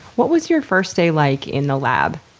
what was your first day like in the lab?